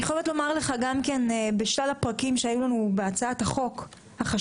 אני חייבת לומר לך גם כן בשלל הפרקים שהיו לנו בהצעת החוק החשובה,